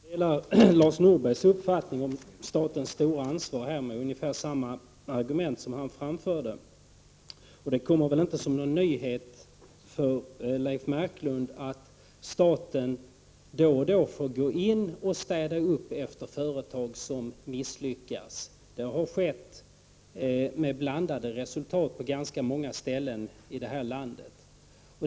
Fru talman! Jag delar Lars Norbergs uppfattning om statens stora ansvar, och jag har ungefär samma argument som han framfört. Det kommer väl inte som någon nyhet för Leif Marklund att staten då och då får gå in och städa upp efter företag som misslyckats. Det har skett med blandat resultat 93 på ganska många ställen här i landet.